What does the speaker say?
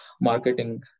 marketing